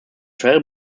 trail